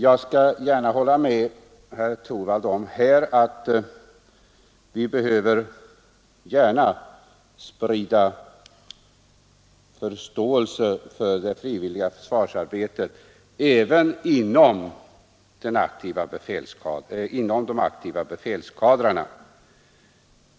Jag skall gärna hålla med herr Torwald om att vi behöver sprida förståelse för det frivilliga försvarsarbetet även inom de aktiva befälskadrarna.